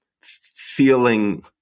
feeling